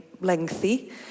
lengthy